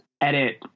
edit